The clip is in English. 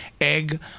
Egg